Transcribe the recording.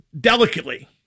delicately